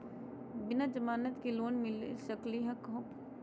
बिना जमानत के लोन मिली सकली का हो?